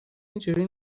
اینجوری